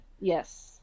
yes